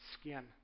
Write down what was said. skin